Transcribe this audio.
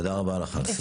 תודה רבה לך על הסיפור.